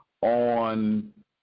on